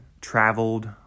traveled